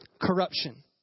corruption